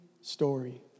story